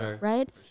Right